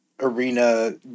arena